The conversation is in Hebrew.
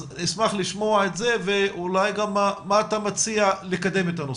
אז אשמח לשמוע את זה ואולי גם מה אתה מציג לקדם את הנושא.